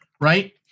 Right